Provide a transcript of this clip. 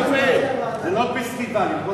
לא פסטיבלים.